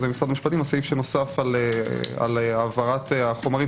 משרד המשפטים הסעיף שנוסף על העברת החומרים,